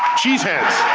cheeseheads,